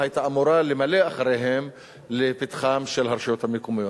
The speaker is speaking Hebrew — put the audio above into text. היתה אמורה למלא אחריהן לפתחן של הרשויות המקומיות.